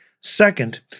Second